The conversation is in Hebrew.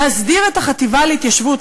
להסדיר את החטיבה להתיישבות,